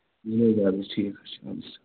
اَہَن حظ اَدٕ حظ ٹھیٖک حظ چھُ اَدٕ حظ